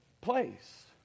place